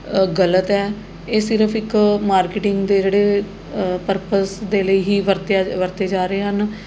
ਗਲਤ ਹੈ ਇਹ ਸਿਰਫ ਇੱਕ ਮਾਰਕੀਟਿੰਗ ਦੇ ਜਿਹੜੇ ਪਰਪਸ ਦੇ ਲਈ ਹੀ ਵਰਤਿਆ ਵਰਤੇ ਜਾ ਰਹੇ ਹਨ